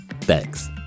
Thanks